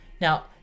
now